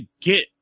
get